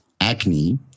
acne